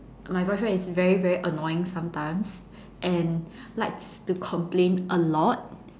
my boyfriend is very very annoying sometimes and likes to complain a lot